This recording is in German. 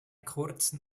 kurzen